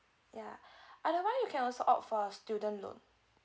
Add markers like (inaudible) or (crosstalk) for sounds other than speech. ya (breath) otherwise you can also opt for a student loan